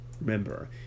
remember